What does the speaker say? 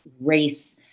race